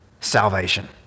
salvation